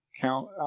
count